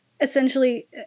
essentially